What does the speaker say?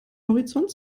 horizont